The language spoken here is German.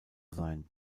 sein